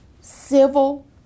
civil